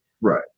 Right